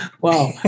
Wow